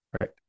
right